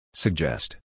Suggest